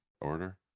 order